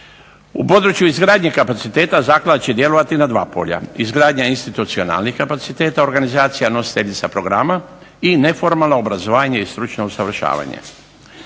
U području izgradnje kapaciteta zaklada će djelovati na dva polja: izgradnja institucionalnih kapaciteta organizacija nositeljica programa i neformalno obrazovanje i stručno usavršavanje.